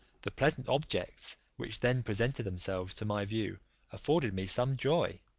the pleasant objects which then presented themselves to my view afforded me some joy,